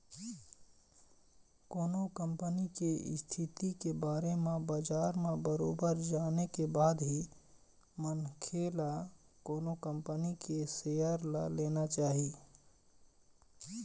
कोनो कंपनी के इस्थिति के बारे म बजार म बरोबर जाने के बाद ही मनखे ल कोनो कंपनी के सेयर ल लेना चाही